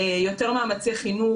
יותר מאמצי חינוך,